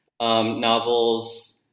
novels